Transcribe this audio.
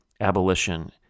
abolition